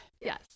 Yes